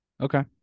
Okay